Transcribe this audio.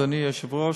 אדוני היושב-ראש.